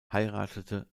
heiratete